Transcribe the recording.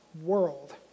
world